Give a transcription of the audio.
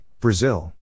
Brazil